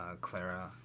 Clara